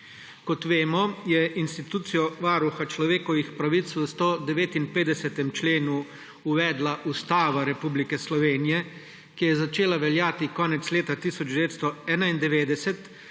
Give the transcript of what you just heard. Kot vemo, je institucijo Varuha človekovih pravic v 159. členu uvedla Ustava Republike Slovenije, ki je začela veljati konec leta 1991,